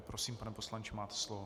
Prosím, pane poslanče, máte slovo.